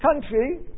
country